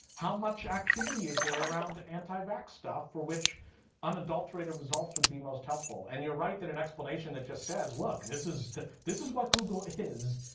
how much activity is there around anti-vax stuff for which unadulterated results would be most helpful. and you're right that an explanation that just says, look, this this is what google is,